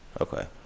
Okay